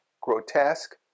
grotesque